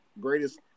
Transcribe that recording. greatest